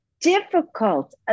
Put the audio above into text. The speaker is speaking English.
difficult